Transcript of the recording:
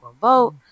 vote